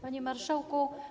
Panie Marszałku!